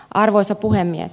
arvoisa puhemies